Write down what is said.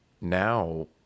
Now